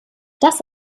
das